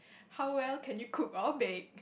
how well can you cook or bake